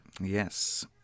Yes